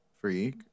freak